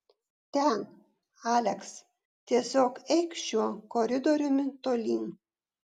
ten aleks tiesiog eik šiuo koridoriumi tolyn